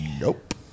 Nope